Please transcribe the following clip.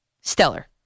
stellar